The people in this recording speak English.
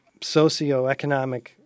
socioeconomic